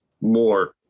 more